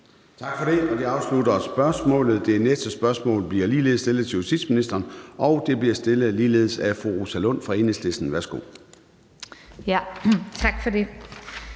Tak for det. Det afslutter spørgsmålet. Det næste spørgsmål bliver ligeledes stillet til justitsministeren, og det bliver ligeledes stillet af fru Rosa Lund fra Enhedslisten. Kl. 14:23 Spm.